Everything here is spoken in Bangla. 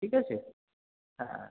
ঠিক আছে হ্যাঁ